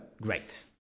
Great